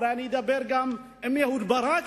אולי אני אדבר גם עם אהוד ברק,